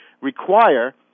require